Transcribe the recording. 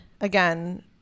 again